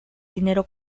dinero